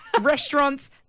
restaurants